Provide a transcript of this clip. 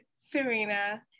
Serena